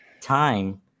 time